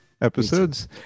episodes